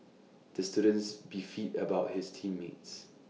the students beefed about his team mates